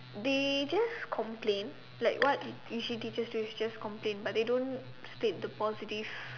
they just complain like what usually teacher do is just complain but they don't state the positive